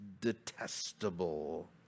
detestable